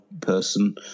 person